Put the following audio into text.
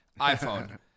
iPhone